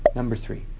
number three,